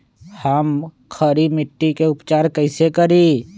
हम खड़ी मिट्टी के उपचार कईसे करी?